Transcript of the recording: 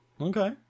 Okay